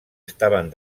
estaven